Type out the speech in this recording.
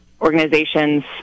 organizations